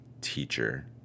teacher